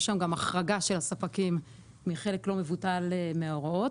יש שם גם החרגה של הספקים מחלק לא מבוטל מההוראות.